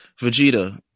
vegeta